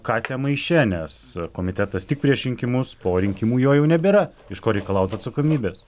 katę maiše nes komitetas tik prieš rinkimus po rinkimų jo jau nebėra iš ko reikalaut atsakomybės